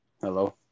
Hello